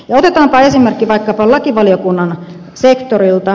otetaanpa esimerkki vaikkapa lakivaliokunnan sektorilta